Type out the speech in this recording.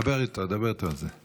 אבל זה לא יכול להימשך.